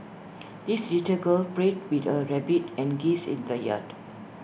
this little girl played with her rabbit and geese in the yard